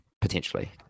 potentially